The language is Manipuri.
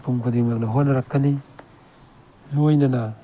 ꯃꯤꯄꯨꯝ ꯈꯨꯗꯤꯡꯃꯛꯅ ꯍꯣꯠꯇꯅꯔꯛꯀꯅꯤ ꯂꯣꯏꯅꯅ